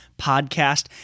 Podcast